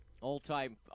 All-time